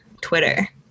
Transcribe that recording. Twitter